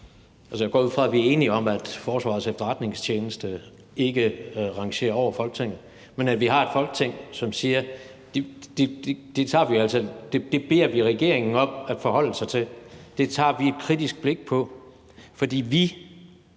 jeg går ud fra, at vi er enige om, at Forsvarets Efterretningstjeneste ikke rangerer over Folketinget – som siger, at det beder vi regeringen om at forholde sig til; det tager vi et kritisk blik på. For